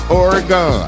oregon